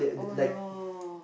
oh no